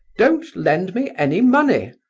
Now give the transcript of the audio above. don't lend me any money,